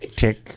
tick